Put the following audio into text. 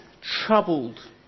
troubled